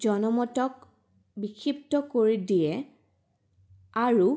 জনমতক বিক্ষিপ্ত কৰি দিয়ে আৰু